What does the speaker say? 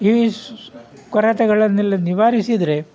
ಈ ಕೊರತೆಗಳನ್ನೆಲ್ಲ ನಿವಾರಿಸಿದರೆ